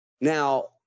Now